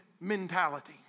mentality